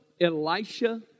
Elisha